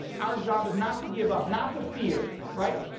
our job is not to give up, not to fear, right?